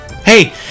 Hey